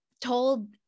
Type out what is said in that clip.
told